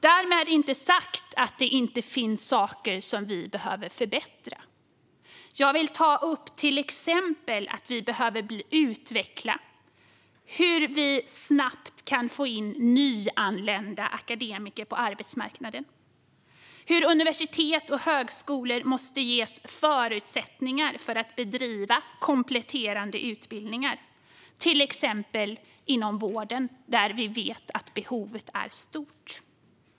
Därmed inte sagt att det inte finns saker som vi behöver förbättra. Jag vill till exempel ta upp att vi behöver utveckla hur vi snabbt kan få in nyanlända akademiker på arbetsmarknaden och att universitet och högskolor måste ges förutsättningar för att bedriva kompletterande utbildningar, till exempel inom vården där vi vet att behovet är stort.